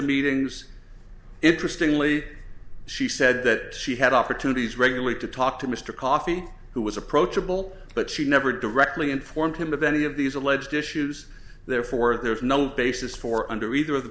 meetings interesting lee she said that she had opportunities regularly to talk to mr coffee who was approachable but she never directly informed him of any of these alleged issues therefore there is no basis for under either of the